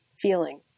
feeling